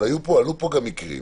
אבל עלו פה גם מקרים.